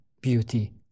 beauty